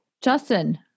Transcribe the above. Justin